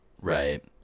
right